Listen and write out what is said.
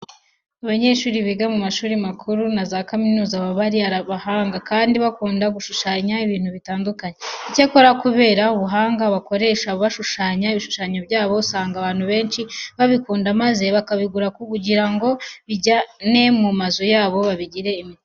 Abanyeshuri biga mu mashuri makuru na za kaminuza baba ari abahanga, kandi bakunda gushushanya ibintu bitandukanye. Icyakora kubera ubuhanga bakoresha bashushanya ibishushanyo byabo, usanga abantu benshi babikunda maze bakabigura kugira ngo babijyane mu mazu yabo babigire imitako.